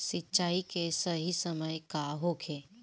सिंचाई के सही समय का होखे?